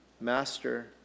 Master